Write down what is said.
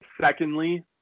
secondly